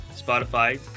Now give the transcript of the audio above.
spotify